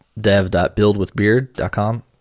dev.buildwithbeard.com